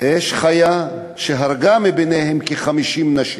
אש חיה, שהרגה כ-50 מהן.